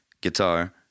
guitar